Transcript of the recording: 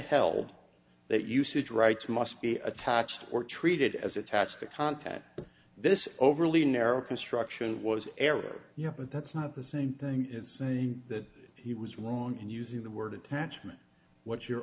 held that usage rights must be attached or treated as attached the content of this overly narrow construction was error you know but that's not the same thing as saying that he was wrong and using the word attachment what you